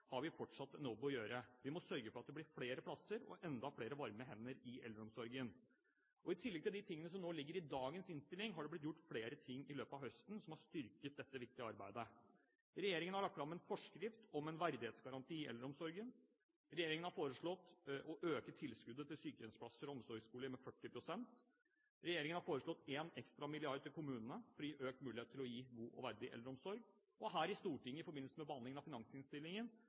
har vi fortsatt en jobb å gjøre. Vi må sørge for at det blir flere plasser og enda flere varme hender i eldreomsorgen. I tillegg til de tingene som nå ligger i dagens innstilling, har det blitt gjort flere ting i løpet av høsten som har styrket dette viktige arbeidet. Regjeringen har lagt fram en forskrift om en verdighetsgaranti i eldreomsorgen. Regjeringen har foreslått å øke tilskuddet til sykehjemsplasser og omsorgsboliger med 40 pst. Regjeringen har foreslått én ekstra milliard til kommunene for å gi økt mulighet til å gi en god og verdig eldreomsorg. Og her i Stortinget i forbindelse med behandlingen av finansinnstillingen